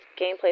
gameplay